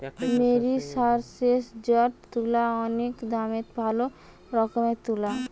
মেরিসারেসজড তুলা অনেক দামের ভালো রকমের তুলা